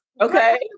Okay